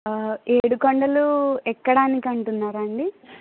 ఏడుకొండలు ఎక్కడానికి అంటున్నారా అండి